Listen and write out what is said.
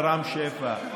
ורם שפע,